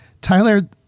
Tyler